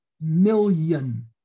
million